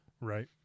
Right